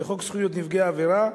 זכויות נפגעי עבירה,